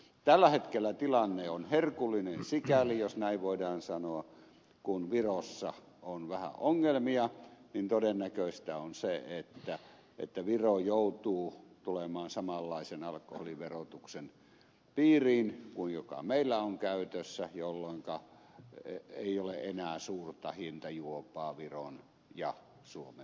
tällä hetkellä tilanne on herkullinen sikäli jos näin voidaan sanoa kun virossa on vähän ongelmia niin todennäköistä on se että viro joutuu tulemaan samanlaisen alkoholiverotuksen piiriin kuin joka meillä on käytössä jolloinka ei ole enää suurta hintajuopaa viron ja suomen välillä